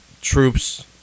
troops